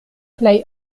plej